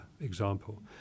example